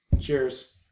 Cheers